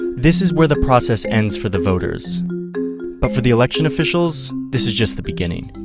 this is where the process ends for the voters, but for the election officials this is just the beginning.